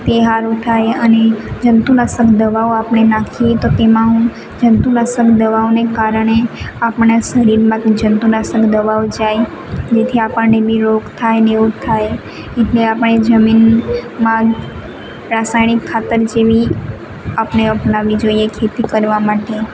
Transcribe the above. તે સારું થાય અને જંતુનાશક દવાઓ આપણે નાખીએ તો તેમાં હું જંતુનાશક દવાઓને કારણે આપણે શરીરમાં જંતુનાશક દવાઓ જાય જેથી આપણને બી રોગ થાય અને એવું થાય જેથી આપણને જમીનમાં રાસાયણિક ખાતર જેવી આપણે અપનાવી જોઈએ ખેતી કરવા માટે